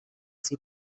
sie